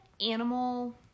Animal